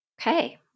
Okay